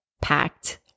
packed